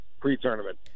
pre-tournament